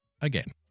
again